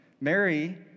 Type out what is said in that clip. Mary